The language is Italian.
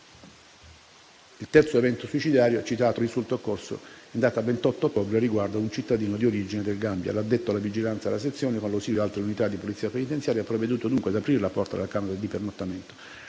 Il terzo evento suicidiario citato risulta occorso in data 28 ottobre e riguarda un cittadino di origine del Gambia. L'addetto alla vigilanza della sezione, con l'ausilio di altre unità di Polizia penitenziaria, ha provveduto dunque ad aprire la porta della camera di pernottamento,